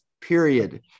Period